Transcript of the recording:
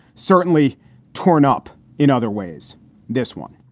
certainly torn up in other ways this one,